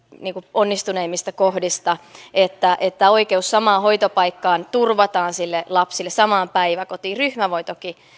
onnistuneimmista kohdista että että oikeus samaan hoitopaikkaan turvataan sille lapselle samaan päiväkotiin ryhmä voi toki